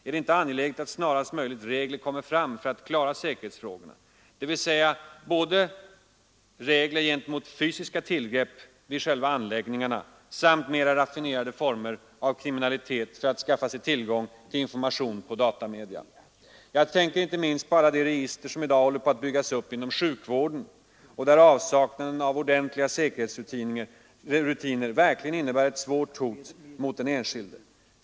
Är det inte angeläget att snarast möjligt regler kommer fram för att klara säkerhetsfrågorna, dvs. både regler mot fysiska tillgrepp vid själva anläggningarna och regler mot mera raffinerade former av kriminalitet för att skaffa sig tillgång till information på datamedier? Jag tänker inte minst på alla de register som i dag håller på att byggas upp inom sjukvården, där avsaknaden av ordentliga säkerhetsrutiner verkligen innebär ett svårt hot mot den enskilde.